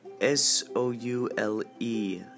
S-O-U-L-E